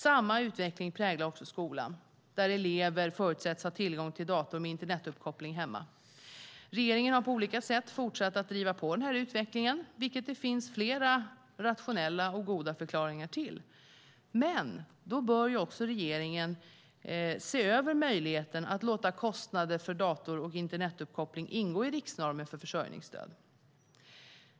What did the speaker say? Samma utveckling präglar också skolan, där elever förutsätts ha tillgång till dator med internetuppkoppling hemma. Regeringen har på olika sätt fortsatt att driva på den utvecklingen, vilket det finns flera rationella och goda förklaringar till. Men då bör regeringen också se över möjligheten att låta kostnader för dator och internetuppkoppling ingå i riksnormen för försörjningsstöd.